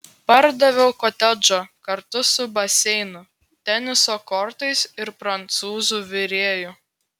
pardaviau kotedžą kartu su baseinu teniso kortais ir prancūzų virėju